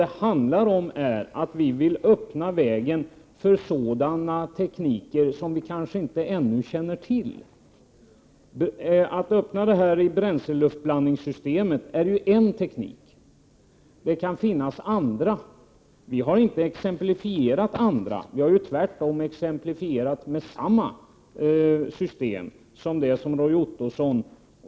Det handlar om att vi vill öppna vägen för sådana tekniker som vi kanske inte ännu känner till. Bränsleluftblandningssystemet är en teknik. Det kan finnas andra. Vi har inte exemplifierat dem. Vi har tvärtom exemplifierat med samma system som Roy Ottosson.